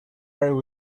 are